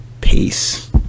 Peace